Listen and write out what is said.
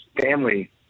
family